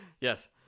Yes